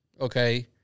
Okay